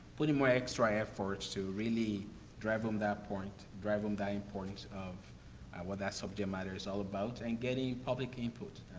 putting more extra effort to really drive home that point, drive home the importance of what that subject matter is all about. and getting public input,